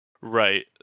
Right